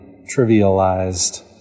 trivialized